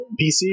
PC